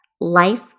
life